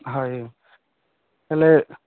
ହାଏ ହେଲେ